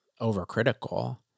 overcritical